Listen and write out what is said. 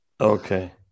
Okay